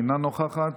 אינה נוכחת,